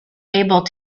able